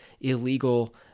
illegal